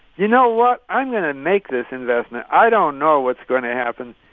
you know what? i'm going to make this investment. i don't know what's going to happen,